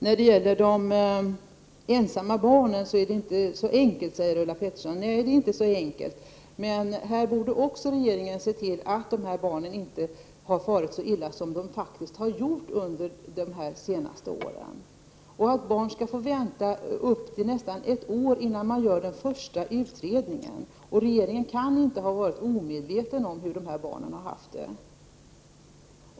När det gäller de ensamma barnen är det inte så enkelt, säger Ulla Pettersson. Nej, det är inte enkelt, men regeringen borde ha sett till att de här barnen inte får fara så illa som de faktiskt har gjort under de senaste åren. Barn har fått vänta upp till ett år innan man gör den första utredningen, och regeringen kan inte ha varit omedveten om hur dessa barn har haft det.